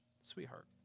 Sweetheart